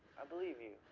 i believe you.